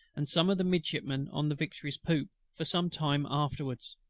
and some of the midshipman on the victory's poop, for some time afterwards.